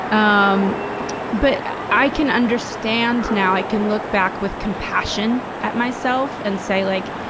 um but i can understand now i can look back with compassion at myself and say like,